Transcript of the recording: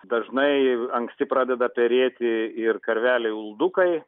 dažnai anksti pradeda perėti ir karveliai uldukai